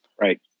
Right